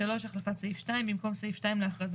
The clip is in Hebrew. החלפת סעיף 2 במקום סעיף 2 להכרזה